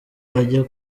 ajya